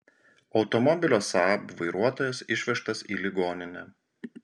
automobilio saab vairuotojas išvežtas į ligoninę